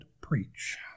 preach